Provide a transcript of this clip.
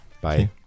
Bye